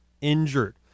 injured